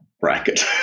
bracket